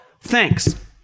Thanks